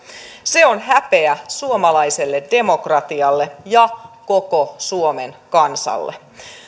se on häpeä suomalaiselle demokratialle ja koko suomen kansalle